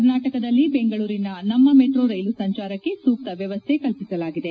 ಕರ್ನಾಟಕದಲ್ಲಿ ಬೆಂಗಳೂರಿನ ನಮ್ಮ ಮೆಟ್ರೋ ರೈಲು ಸಂಚಾರಕ್ಕೆ ಸೂಕ್ತ ವ್ಯವಸ್ಥೆ ಕಲ್ವಿಸಲಾಗಿದೆ